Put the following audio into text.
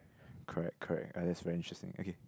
correct correct uh that's very interesting okay